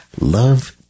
Love